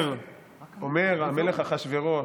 אומר המלך אחשוורוש